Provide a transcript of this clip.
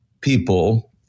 people